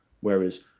whereas